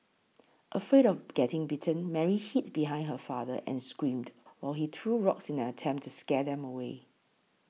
afraid of getting bitten Mary hid behind her father and screamed while he threw rocks in an attempt to scare them away